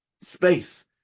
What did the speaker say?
Space